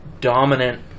dominant